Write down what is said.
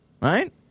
right